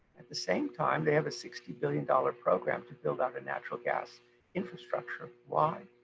at the same time, they have a sixty billion dollars program to build out a natural gas infrastructure. why?